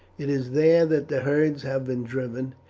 it is there that the herds have been driven,